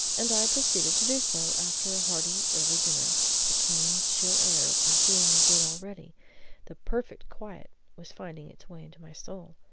and i proceeded to do so after a hearty early dinner the keen, chill air was doing me good already the perfect quiet was finding its way into my soul.